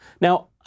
Now